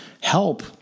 help